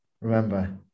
Remember